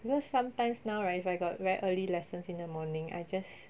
because sometimes now right if I got very early lessons in the morning I just